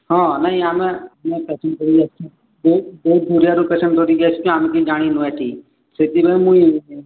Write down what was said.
ହଁ ନାଇଁ ଆମେ ଧରିକି ଆସିଛୁ ଆମେ କିଛି ଜାଣିନୁ ଏଠି ସେଥିରେ ମୁଇଁ